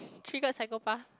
triggered psychopath